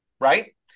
right